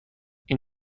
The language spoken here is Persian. این